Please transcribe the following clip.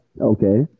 Okay